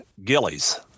Gillies